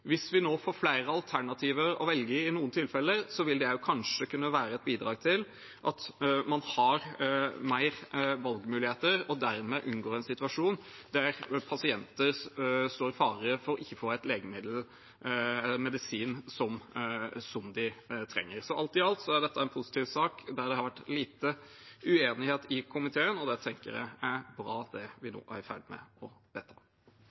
Hvis vi nå får flere alternativer å velge mellom i noen tilfeller, vil det også kanskje kunne være et bidrag til at man har flere valgmuligheter, og dermed unngår vi en situasjon der pasienter står i fare for ikke å få et legemiddel eller en medisin som de trenger. Alt i alt er dette en positiv sak som det har vært lite uenighet om i komiteen, og jeg tenker at det vi nå er i ferd med å